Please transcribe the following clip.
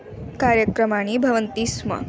कार्यक्रमाणि भवन्ति स्म